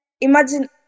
imagine